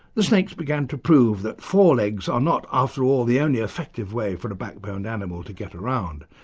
the snakes began to prove that four legs are not, after all, the only effective way for a backboned animal to get around.